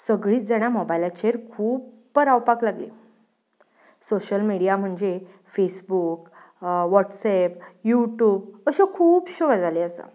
सगळींत जाणा मोबायलाचेर खुब्ब रावपाक लागलीं सोशल मिडया म्हणजे फेसबूक वॉट्सॅप युटूप अश्यो खुबश्यो गजाली आसात